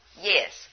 Yes